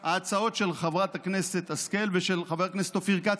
היום שהעברנו את ההצעות של חברת הכנסת השכל ושל חבר הכנסת אופיר כץ,